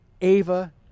ava